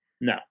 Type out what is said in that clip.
No